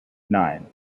nine